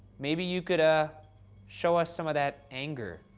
maybe you could ah show us some of that anger.